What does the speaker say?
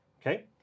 okay